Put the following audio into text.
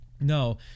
no